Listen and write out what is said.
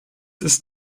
ist